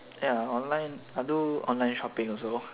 ya online I do online shopping also